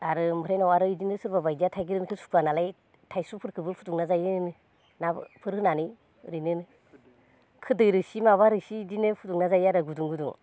आरो ओमफ्राय उनाव आरो इदिनो सोरबा बायदिया थाइगिरजोंबो सुखुआ नालाय थाइसुफोरखोबो फुदुंना जायो नाफोर होनानै ओरैनो खोरदै रोसि माबा रोसि इदिनो फुदुंना जायो आरो इदिनो गुदुं गुदुं